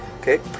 okay